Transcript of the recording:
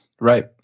Right